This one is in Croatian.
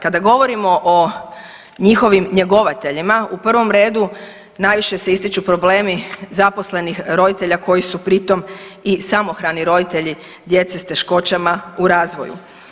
Kada govorimo o njihovim njegovateljima u prvom redu najviše se ističu problemi zaposlenih roditelja koji su pritom i samohrani roditelji djece s teškoćama u razvoju.